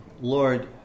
Lord